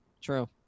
True